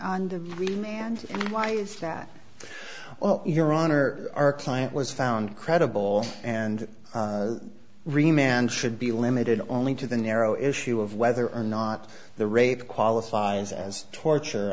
and why is that well your honor our client was found credible and remain and should be limited only to the narrow issue of whether or not the rape qualifies as torture